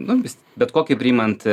nu vis bet kokį priimant